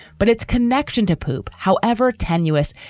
but its connection to poop. however tenuous,